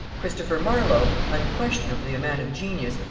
christopher marlow, unquestionably a man of genius,